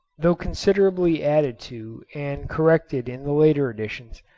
though considerably added to and corrected in the later editions,